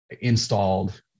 installed